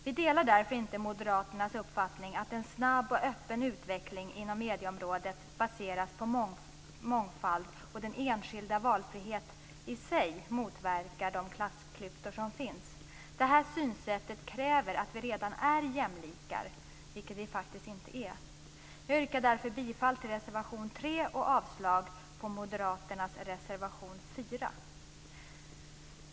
Vi delar därför inte moderaternas uppfattning att en snabb och öppen utveckling inom medieområdet baseras på mångfald och att den enskildes valfrihet i sig motverkar de klassklyftor som finns. Det synsättet förutsätter att vi redan är jämlikar, vilket vi faktiskt inte är. Jag yrkar bifall till reservation 3 och avslag på moderaternas reservation 4.